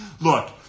Look